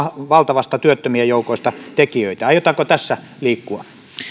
valtavasta työttömien joukosta tekijöitä aiotaanko tässä liikkua